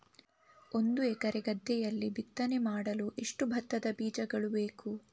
ಒಂದು ಎಕರೆ ಗದ್ದೆಯಲ್ಲಿ ಬಿತ್ತನೆ ಮಾಡಲು ಎಷ್ಟು ಭತ್ತದ ಬೀಜಗಳು ಬೇಕು?